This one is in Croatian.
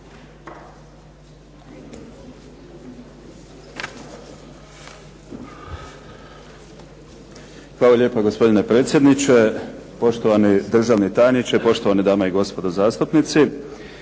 Hvala lijepa. Gospodine predsjedniče, poštovani državni tajniče, poštovane dame i gospodo zastupnici.